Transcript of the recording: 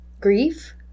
grief